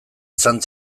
izan